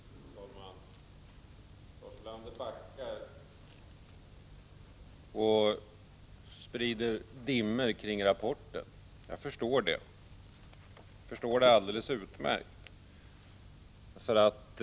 Fru talman! Lars Ulander backar och sprider dimmor kring rapporten. Jag kan alldeles utmärkt förstå det. Lars Ulander såsom framstående fackföre Prot.